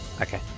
okay